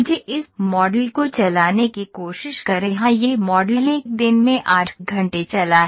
मुझे इस मॉडल को चलाने की कोशिश करें हां यह मॉडल एक दिन में 8 घंटे चला है